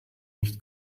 nicht